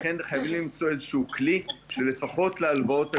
לכן חייבים למצוא כלי לפחות להלוואות הגדולות,